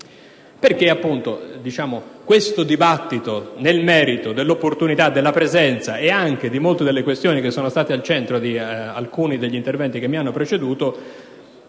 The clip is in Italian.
e di polizia. Il dibattito nel merito dell'opportunità della presenza, e anche di molte delle questioni che sono state al centro di alcuni degli interventi che mi hanno preceduto,